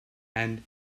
and